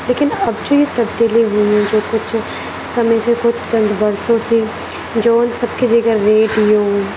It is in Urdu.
لیکن اب جو یہ تبدیلی ہوئی ہیں جو کچھ چند برسوں سے جو ہم سب کی جگہ ریڈیو